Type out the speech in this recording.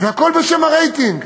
והכול בשם הרייטינג,